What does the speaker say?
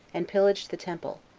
and pillaged the temple,